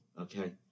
okay